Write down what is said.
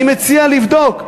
אני מציע לבדוק.